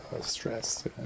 stress